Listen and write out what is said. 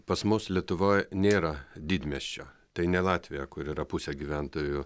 pas mus lietuvoj nėra didmiesčio tai ne latvija kur yra pusė gyventojų